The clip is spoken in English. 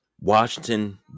Washington